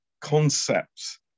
concepts